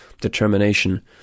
determination